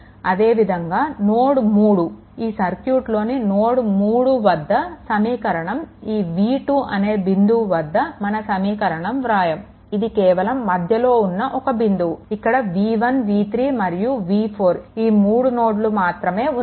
అదేవిధంగా నోడ్3 ఈ సర్క్యూట్లోని నోడ్3 వద్ద సమీకరణం ఈ v2 అనే బిందువు వద్ద మనం సమీకరణం వ్రాయము ఇది కేవలం మధ్యలో ఉన్న ఒక బిందువు ఇక్కడ v1 v3 మరియు v4 ఈ 3 నోడ్లు మాత్రమే ఉన్నాయి